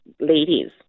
ladies